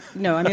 no, i mean